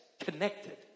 connected